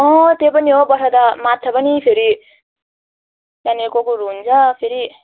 अँ त्यो पनि हो वर्षा दादा मात्छ पनि फेरि त्यहाँनिर को कोहरू हुन्छ फेरि